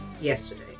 yesterday